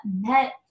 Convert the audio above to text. met